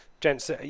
Gents